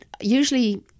usually